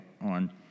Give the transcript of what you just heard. on